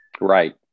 Right